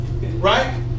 Right